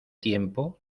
tiempo